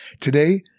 Today